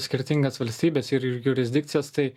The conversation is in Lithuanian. skirtingas valstybes ir jurisdikcijas tai